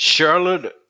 Charlotte